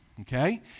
okay